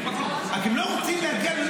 רק שהם לא רוצים להגיע,